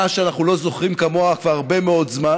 שאנחנו לא זוכרים כמוה כבר הרבה מאוד זמן,